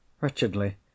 Wretchedly